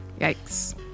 Yikes